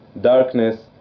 darkness